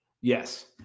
yes